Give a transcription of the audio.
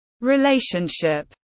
relationship